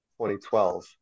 2012